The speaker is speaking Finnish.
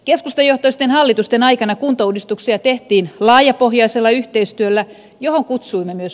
keskustajohtoisten hallitusten aikana kuntauudistuksia tehtiin laajapohjaisella yhteistyöllä johon kutsuimme myös